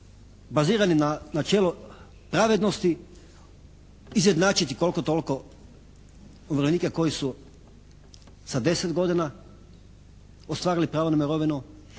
bazirani načelo pravednosti izjednačiti koliko toliko umirovljenike koji su za 10 godina ostvarili pravo na mirovinu